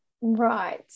right